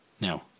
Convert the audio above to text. Now